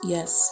Yes